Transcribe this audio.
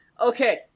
Okay